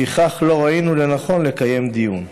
לפיכך לא ראינו לנכון לקיים דיון.